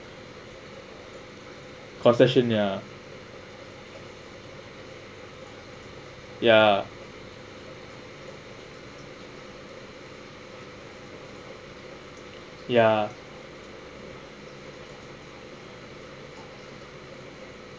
congestion ya ya ya